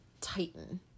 tighten